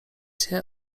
się